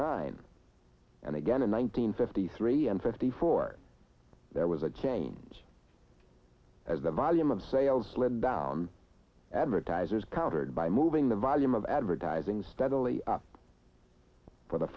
nine and again in one nine hundred fifty three and fifty four there was a change as the volume of sales slid down advertisers countered by moving the volume of advertising steadily up for the